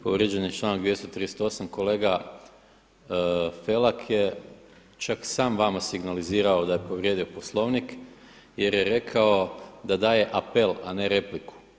Povrijeđen je članak 238. kolega Felak je čak sam vama signalizirao da je povrijedio Poslovnik jer je rekao da daje apel, a ne repliku.